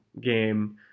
game